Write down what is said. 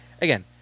again